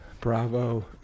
Bravo